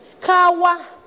Kawa